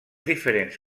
diferents